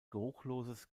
geruchloses